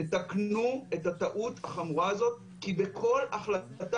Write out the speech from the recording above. תתקנו את הטעות החמורה הזאת כי בכל החלטה